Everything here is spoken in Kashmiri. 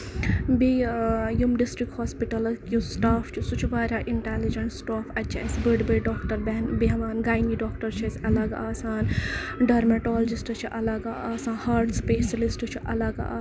بیٚیہِ یِم ڈِسٹرک ہوسپِٹل یُس سٹاف چھُ سُہ چھُ واریاہ اِنٹیلِجینٹ سٹاف اَتہِ چھِ اَسہِ بٔڑۍ بٔڑۍ ڈاکٹر بیہوان گینی ڈاکٹر چھِ اَسہِ اَلگ آسان ڈرماٹولوجسٹ چھِ اَلگ آسان ہاٹ سِپیشلِسٹ چھُ اَلگ آسان